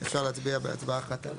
אפשר להצביע בהצבעה אחת.